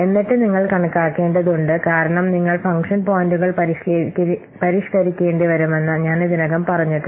എന്നിട്ട് നിങ്ങൾ കണക്കാക്കേണ്ടതുണ്ട് കാരണം നിങ്ങൾ ഫംഗ്ഷൻ പോയിന്റുകൾ പരിഷ്കരിക്കേണ്ടിവരുമെന്ന് ഞാൻ ഇതിനകം പറഞ്ഞിട്ടുണ്ട്